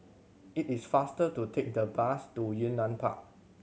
it is faster to take the bus to Yunnan Park